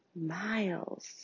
miles